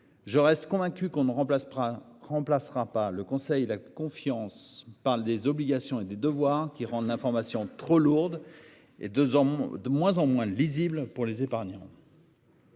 Je reste convaincu qu'on ne remplacera remplacera pas le Conseil la confiance parle des obligations et des devoirs qui rendent l'information trop lourde et 2 hommes de moins en moins lisible pour les épargnants.